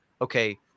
okay